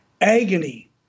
agony